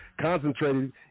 concentrated